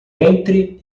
entre